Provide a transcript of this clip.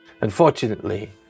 Unfortunately